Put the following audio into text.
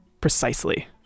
Precisely